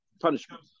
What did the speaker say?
punishment